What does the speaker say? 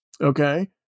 Okay